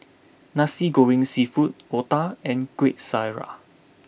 Nasi Goreng Seafood Otah and Kuih Syara